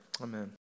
amen